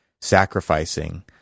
sacrificing